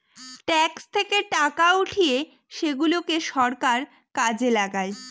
tax থেকে টাকা উঠিয়ে সেগুলাকে সরকার কাজে লাগায়